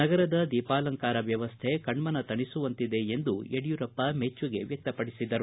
ನಗರದ ದೀಪಾಲಂಕಾರ ವ್ಯವಸ್ಥೆ ಕಣ್ಣನ ತಣಿಸುವಂತಿದೆ ಎಂದು ಮೆಚ್ಚುಗೆ ವ್ಯಕ್ತಪಡಿಸಿದರು